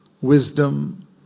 wisdom